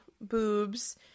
boobs